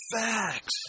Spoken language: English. facts